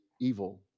evil